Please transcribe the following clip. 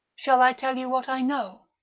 shall i tell you what i know?